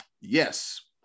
yes